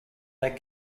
that